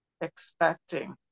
expecting